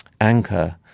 anchor